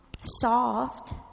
soft